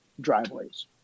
driveways